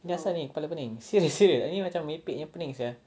ni asal ni kepala pening serious serious ni macam merepek punya pening sia